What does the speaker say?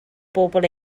bobl